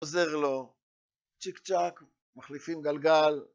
עוזר לו צ'יק צ'אק, מחליפים גלגל